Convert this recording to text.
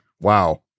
wow